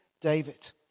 David